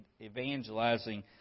evangelizing